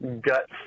gut